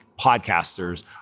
podcasters